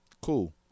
cool